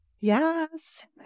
yes